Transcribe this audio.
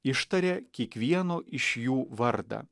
ištaria kiekvieno iš jų vardą